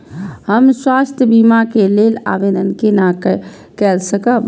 हम स्वास्थ्य बीमा के लेल आवेदन केना कै सकब?